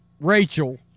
Rachel